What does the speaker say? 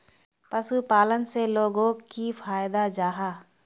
पशुपालन से लोगोक की फायदा जाहा?